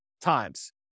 times